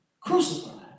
crucified